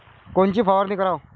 कोनची फवारणी कराव?